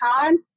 time